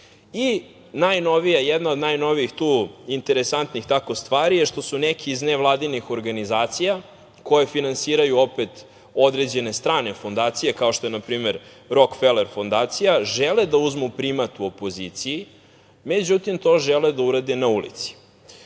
od najnovijih tu interesantnih tako stvari je što su neki iz nekih nevladinih organizacija, koje finansiraju određene strane fondacije, kao što je na primer „Rok Feler fondacija“, žele da uzmu primat u opoziciji. Međutim, to žele da urade na ulici. Oni